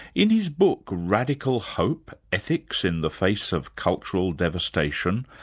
in his book, radical hope ethics in the face of cultural devastation,